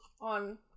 on